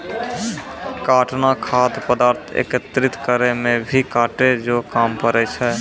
काटना खाद्य पदार्थ एकत्रित करै मे भी काटै जो काम पड़ै छै